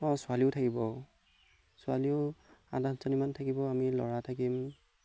অঁ ছোৱালীও থাকিব ছোৱালীও সাত আঠজনীমান থাকিব আমি ল'ৰা থাকিম